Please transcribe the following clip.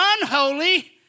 unholy